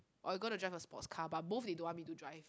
or you gonna drive a sports car but both they don't want me to drive